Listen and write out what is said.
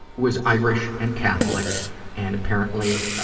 was irish and catholic and apparently,